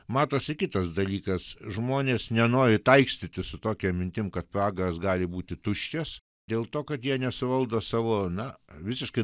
matosi kitas dalykas žmonės nenori taikstytis su tokia mintim kad pragaras gali būti tuščias dėl to kad jie nesuvaldo savo na visiškai